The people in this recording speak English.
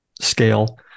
scale